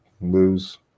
lose